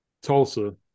Tulsa